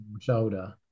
shoulder